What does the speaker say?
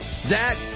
Zach